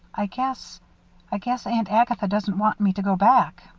i guess i guess aunt agatha doesn't want me to go back.